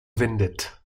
windet